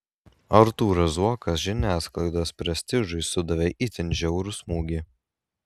artūras zuokas žiniasklaidos prestižui sudavė itin žiaurų smūgį